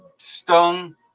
Stung